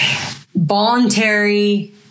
voluntary